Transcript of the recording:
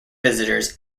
visitors